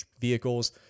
vehicles